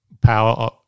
power